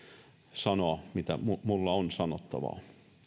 sanoa mitä minulla on sanottavaa